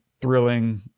Thrilling